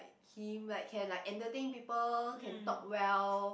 him like can like entertain people can talk well